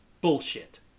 bullshit